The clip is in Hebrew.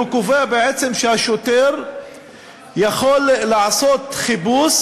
הוא קובע בעצם שהשוטר יכול לעשות חיפוש